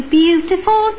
beautiful